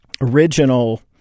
original